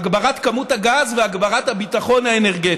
הגברת כמות הגז והגברת הביטחון האנרגטי.